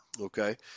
Okay